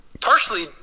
partially